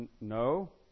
No